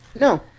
No